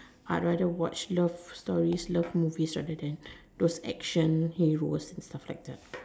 I rather watch love love stories love movies rather than those action heroes stuff like that